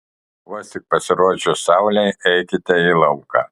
vos tik pasirodžius saulei eikite į lauką